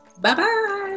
Bye-bye